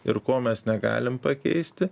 ir ko mes negalim pakeisti